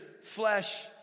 flesh